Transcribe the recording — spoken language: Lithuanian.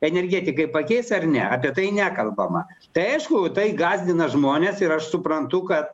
energetikai pakeis ar ne apie tai nekalbama tai aišku tai gąsdina žmones ir aš suprantu kad